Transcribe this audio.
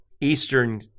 eastern